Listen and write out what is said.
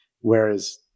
Whereas